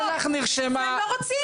והם לא רוצים.